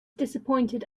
disappointed